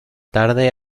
tarde